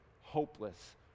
hopeless